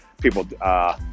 People